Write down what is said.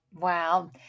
Wow